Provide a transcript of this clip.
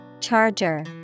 Charger